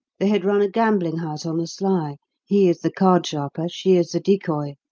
they had run a gambling-house on the sly he as the card-sharper, she as the decoy.